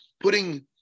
putting